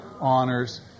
honors